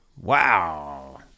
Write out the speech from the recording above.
Wow